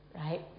right